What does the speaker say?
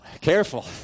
careful